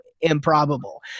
improbable